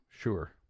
sure